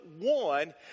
one